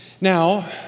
Now